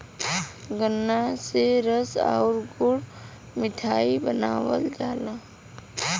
गन्रा से रस आउर गुड़ मिठाई बनावल जाला